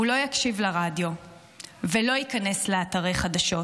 הוא לא יקשיב לרדיו ולא ייכנס לאתרי חדשות